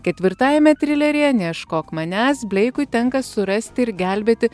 ketvirtajame trileryje neieškok manęs bleikui tenka surasti ir gelbėti